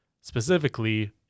specifically